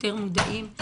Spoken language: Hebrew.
יותר מודעים.